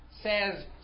says